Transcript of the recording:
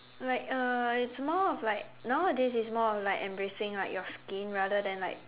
like uh it's more of like nowadays it's more of like embracing like your skin rather than like